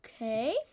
Okay